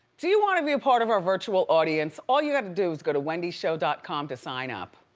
do you wanna be a part of our virtual audience? all you have to do is go to wendyshow dot com to sign up.